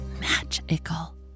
magical